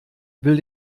will